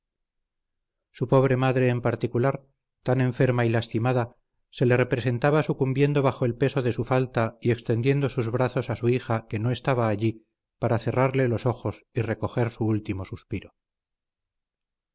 su pobre madre en particular tan enferma y lastimada se le representaba sucumbiendo bajo el peso de su falta y extendiendo sus brazos a su hija que no estaba allí para cerrarle los ojos y recoger su último suspiro